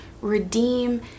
redeem